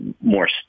more